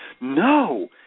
No